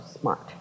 smart